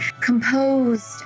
composed